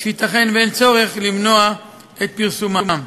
שייתכן שאין צורך למנוע את פרסומן.